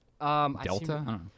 Delta